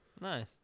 Nice